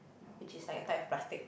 which is like a type of plastic